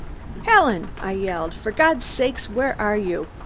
helen! i yelled. for god's sake, where are you?